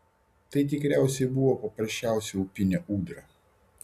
tai tikriausiai buvo paprasčiausia upinė ūdra